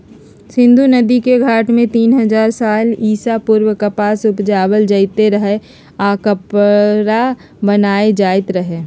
सिंधु नदिके घाट में तीन हजार साल ईसा पूर्व कपास उपजायल जाइत रहै आऽ कपरा बनाएल जाइत रहै